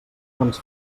doncs